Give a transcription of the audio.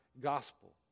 gospel